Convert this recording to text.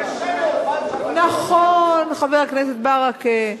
קשה מאוד לא לזלזל ברמת, שלך.